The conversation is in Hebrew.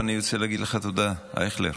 אני רוצה להגיד לך תודה, אייכלר.